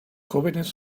jóvenes